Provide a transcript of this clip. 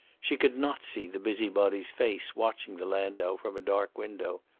she could not see the busybody's face watching the landau from a dark window.